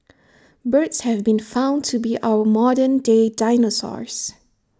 birds have been found to be our modern day dinosaurs